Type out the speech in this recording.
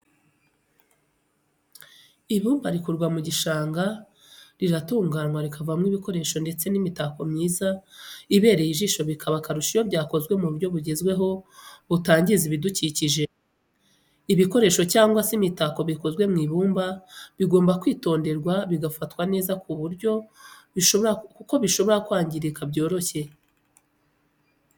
Ibumba rikurwa mu gishanga riratunganywa rikavamo ibikoresho ndetse n'imitako myiza ibereye ijisho bikaba akarusho iyo byakozwe mu buryo bugezweho butangiza ibidukikije. ibikoresho cyangwa se imitako bikozwe mu ibumba bigomba kwitonderwa bigafatwa neza kuko bishobora kwangirika byoroshye.